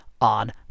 on